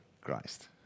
Christ